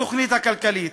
התוכנית הכלכלית.